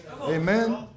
Amen